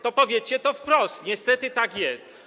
To powiedzcie to wprost - niestety tak jest.